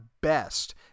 best